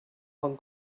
bon